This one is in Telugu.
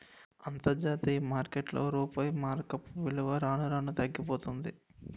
అంతర్జాతీయ మార్కెట్లో రూపాయి మారకపు విలువ రాను రానూ తగ్గిపోతన్నాది